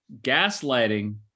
gaslighting